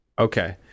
okay